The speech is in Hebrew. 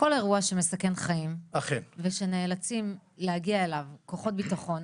כל אירוע שמסכן חיים שנאלצים להגיע אליו כוחות ביטחון,